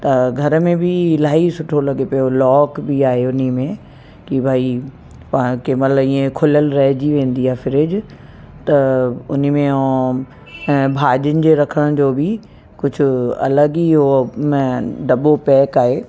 त घर में बि इलाही सुठो लॻे पियो लॉक बि आहे उन में कि भाई कंहिंमहिल ईअं खुलियल रहिजी वेंदी आहे फ्रिज त उन में हो भाॼियुनि जे रखण जो बि कुझु अलॻि ई इहो दॿो पैक आहे